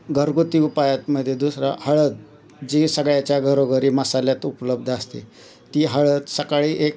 घरगुती उपायातमध्ये दुसरा हळद जी सगळ्याच्या घरोघरी मसाल्यात उपलब्ध असते ती हळद सकाळी एक कप